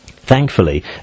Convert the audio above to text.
Thankfully